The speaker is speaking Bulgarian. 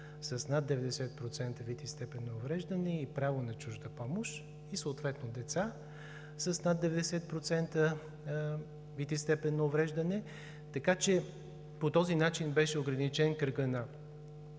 с над 90% вид и степен на увреждане и право на чужда помощ, съответно и деца с над 90% вид и степен на увреждане. По този начин беше ограничен кръгът на